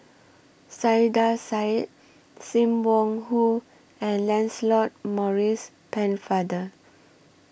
Saiedah Said SIM Wong Hoo and Lancelot Maurice Pennefather